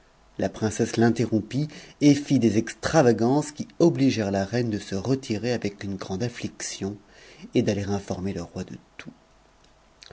la princesse l'interrompit et fit des extravagances qui obligèrent ia de se retirer avec une grande atuiciion et d'aller informer le roi de